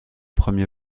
premier